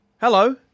Hello